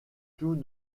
tout